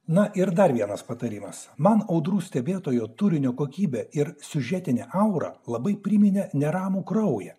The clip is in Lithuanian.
na ir dar vienas patarimas man audrų stebėtojo turinio kokybę ir siužetinę aurą labai priminė neramų kraują